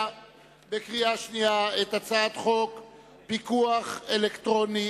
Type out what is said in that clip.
קריאה שנייה של הצעת חוק פיקוח אלקטרוני